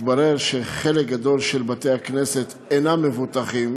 מתברר שחלק גדול מבתי-הכנסת אינם מבוטחים,